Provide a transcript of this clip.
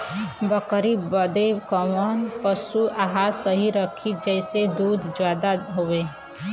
बकरी बदे कवन पशु आहार सही रही जेसे दूध ज्यादा होवे?